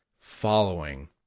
following